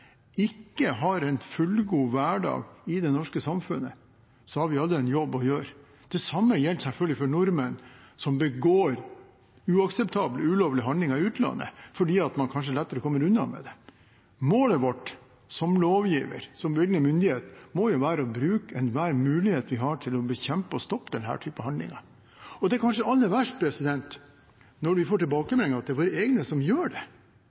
ikke har en fullgod hverdag i det norske samfunnet, har vi alle en jobb å gjøre. Det samme gjelder selvfølgelig for nordmenn som begår uakseptable, ulovlige handlinger i utlandet fordi man kanskje lettere kommer unna med det. Målet vårt som lovgiver og som bevilgende myndighet må være å bruke enhver mulighet vi har, til å bekjempe og stoppe denne typen handlinger. Det er kanskje aller verst når vi får tilbakemeldinger om at det er våre egne som gjør det,